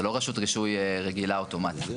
זה לא רשות רישוי רגילה אוטומטית,